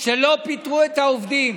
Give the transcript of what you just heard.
שלא פיטרו את העובדים,